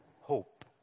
hope